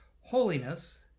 Holiness